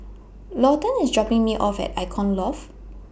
Lawton IS dropping Me off At Icon Loft